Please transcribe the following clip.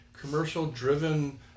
commercial-driven